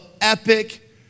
epic